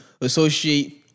associate